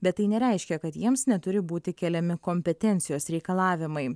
bet tai nereiškia kad jiems neturi būti keliami kompetencijos reikalavimai